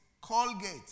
Colgate